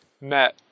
met